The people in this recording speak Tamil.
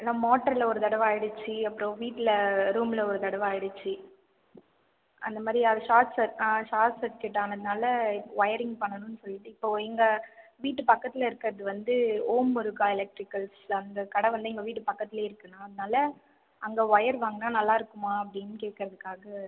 அண்ணா மோட்டார்ல ஒரு தடவை ஆகிடுச்சி அப்புறம் வீட்டில் ரூமில் ஒரு தடவை ஆகிடுச்சி அந்த மாதிரி அது ஷார்ட் சர்க்யூட் ஷார்ட் சர்க்யூட் ஆனதினால இப்போ ஒயரிங் பண்ணணும்னு சொல்லிட்டு இப்போது எங்கள் வீட்டு பக்கத்தில் இருக்கிறது வந்து ஓம் முருகா எலக்ட்ரிக்கல்ஸ் அவங்க கடை வந்து எங்கள் வீட்டு பக்கத்துலேயே இருக்குதுண்ணா அதனால அங்கே ஒயர் வாங்கினா நல்லா இருக்குமா அப்படின்னு கேக்கிறதுக்காக